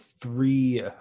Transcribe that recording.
three